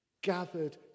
Gathered